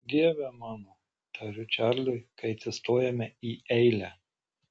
dieve mano tariu čarliui kai atsistojame į eilę